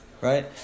Right